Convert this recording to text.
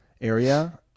area